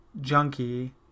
junkie